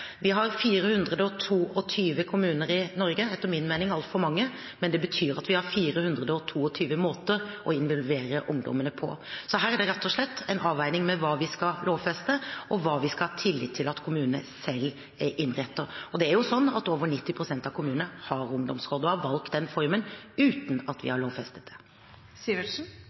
vi er imot. Og hvor går grensen for det kommunale selvstyret? Vi har 422 kommuner i Norge – etter min mening altfor mange – det betyr at vi har 422 måter å involvere ungdommene på. Her er det rett og slett en avveining mellom hva vi skal lovfeste, og hva vi skal ha tillit til at kommunene selv innretter. Og over 90 pst. av kommunene har ungdomsråd og har valgt den formen uten at vi har lovfestet det.